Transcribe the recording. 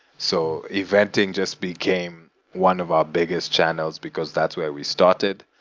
so eventing just became one of our biggest channels, because that's where we started.